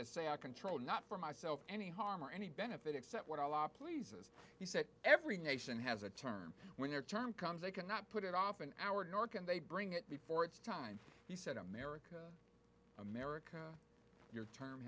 to say i control not for myself any harm or any benefit except what our law pleases he said every nation has a term when their term comes they cannot put it off an hour nor can they bring it before it's time he said america america your term